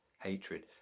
hatred